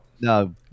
No